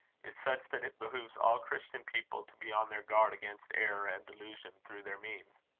is such that it behoves all christian people to be on their guard against error and delusion through their means.